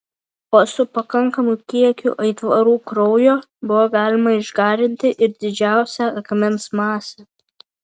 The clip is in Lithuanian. o su pakankamu kiekiu aitvarų kraujo buvo galima išgarinti ir didžiausią akmens masę